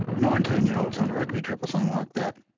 nineteen year olds on a rugby trip or something like that.